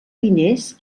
diners